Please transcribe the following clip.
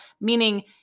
meaning